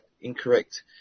incorrect